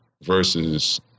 versus